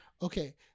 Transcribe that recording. Okay